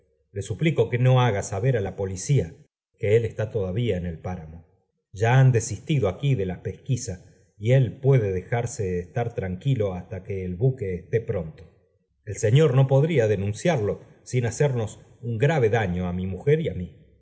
le suplico que no haga saber á la policía que él está todavía en el páramo ya han desistido aquí de la pesquisa y él puede dejarse estar tranquilo hasta que el buque esté pronto el señor no podría denunciarlo sin hacemos un man daño á mi mujer y á mí